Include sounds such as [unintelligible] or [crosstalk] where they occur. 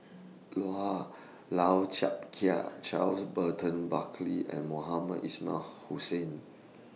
[unintelligible] Lau Chiap Khai Charles Burton Buckley and Mohamed Ismail Hussain